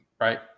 right